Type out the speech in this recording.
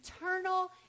eternal